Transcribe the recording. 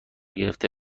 گرفته